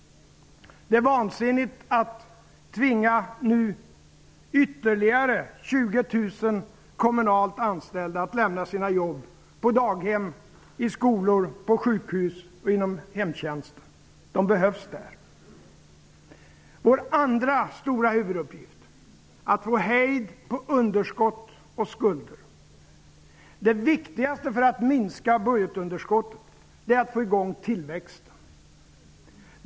Det är vansinnigt att nu tvinga ytterligare 20 000 kommunalt anställda att lämna sina jobb på daghem, i skolor, på sjukhus och inom hemtjänsten. De behövs där. 2. Att få hejd på underskott och skulder. Det viktigaste för att minska budgetunderskottet är att få i gång tillväxten.